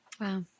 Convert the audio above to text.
Wow